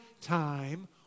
time